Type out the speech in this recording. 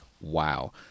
wow